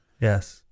Yes